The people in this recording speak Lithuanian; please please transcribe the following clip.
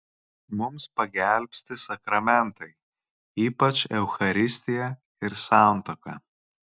mums pagelbsti sakramentai ypač eucharistija ir santuoka